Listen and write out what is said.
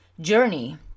journey